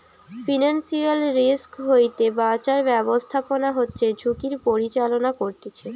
financial risk হইতে বাঁচার ব্যাবস্থাপনা হচ্ছে ঝুঁকির পরিচালনা করতিছে